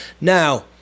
Now